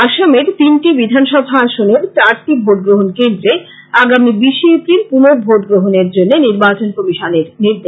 আসামের তিনটি বিধানসভা আসনের চারটি ভোটগ্রহণ কেন্দ্রে আগামী বিশে এপ্রিল পুর্নভোটগ্রহণের জন্য নির্বাচন কমিশনের নির্দেশ